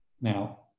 Now